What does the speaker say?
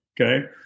okay